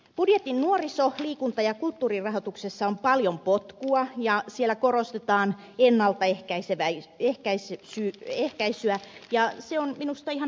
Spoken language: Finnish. budjetin nuoriso liikunta ja kulttuurirahoituksessa on paljon potkua ja siellä korostetaan ennaltaehkäisyä ja se on minusta ihan oikea suunta